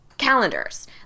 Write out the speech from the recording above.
Calendars